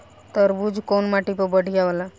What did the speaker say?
तरबूज कउन माटी पर बढ़ीया होला?